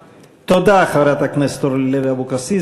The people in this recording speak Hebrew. תודה, חברת הכנסת אורלי לוי אבקסיס.